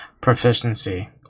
Proficiency